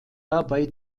dabei